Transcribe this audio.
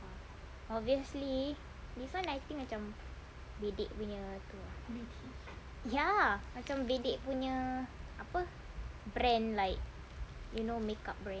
obviously this [one] I think macam bedek punya tu ah ya macam bedek punya apa brand like you know makeup brand